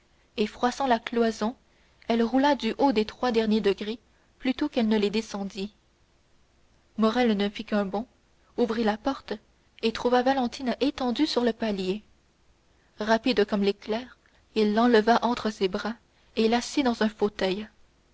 et froissant la cloison elle roula du haut des trois derniers degrés plutôt qu'elle ne les descendit morrel ne fit qu'un bond il ouvrit la porte et trouva valentine étendue sur le palier rapide comme l'éclair il l'enleva entre ses bras et l'assit dans un fauteuil